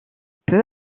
peu